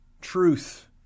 Truth